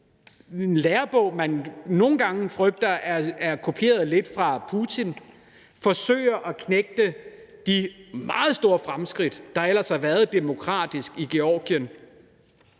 en lærebog, man nogle gange frygter er kopieret lidt fra Putin, forsøger at knægte de meget store fremskridt, der ellers har været demokratisk i Georgien,